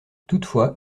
toutefois